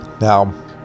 Now